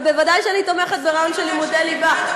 אבל ודאי שאני תומכת ברעיון של לימודי ליבה.